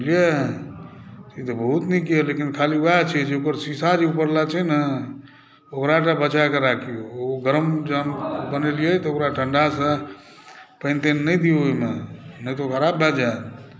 बुझलियै ई तऽ बहुत नीक यऽ लेकिन ख़ाली वएह छै जे ओकर शीशा जे ऊपरवला छै ने ओकराटा बचाके राखिऔ ओ गरम जहन बनेलिये तऽ ओकरा ठंढासॅं पानि तानि नहि दियो ओहिमे नहि तऽ ओ ख़राब भए जायत